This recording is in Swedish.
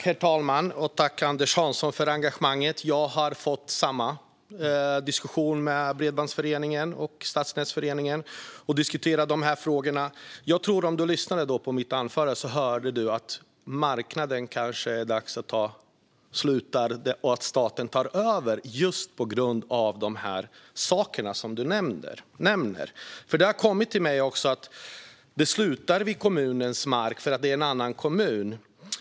Herr talman! Jag tackar Anders Hansson för engagemanget. Jag har fört samma diskussion med Bredbandsföreningen och Stadsnätsföreningen. Vi har diskuterat de här frågorna. Om du lyssnade på mitt anförande, Anders Hansson, hörde du att det kanske är dags att marknaden slutar och att staten tar över - just på grund av de saker som du nämner. Det har kommit till min kännedom att det kan sluta vid kommungränsen därför att det är en annan kommun.